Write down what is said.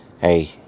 Hey